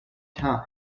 time